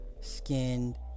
skinned